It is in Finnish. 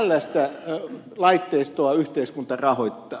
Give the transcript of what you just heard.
tällaista laitteistoa yhteiskunta rahoittaa